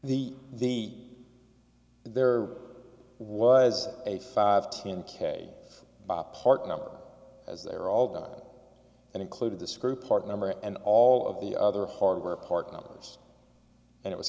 the the there was a five ten k by part number as they were all done and included the screw part number and all of the other hardware partners and it was